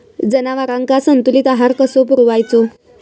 जनावरांका संतुलित आहार कसो पुरवायचो?